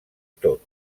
tot